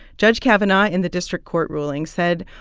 judge kavanaugh in the district court ruling said,